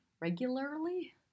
Regularly